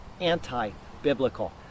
anti-biblical